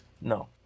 no